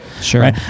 Sure